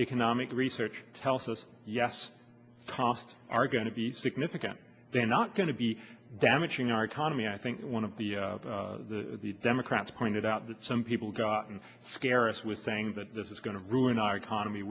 economic research tells us yes costs are going to be significant they're not going to be damaging our economy i think one of the the democrats pointed out that some people got and scare us with saying that this is going to ruin our economy